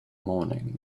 morning